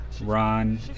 Ron